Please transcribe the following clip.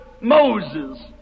Moses